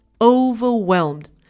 overwhelmed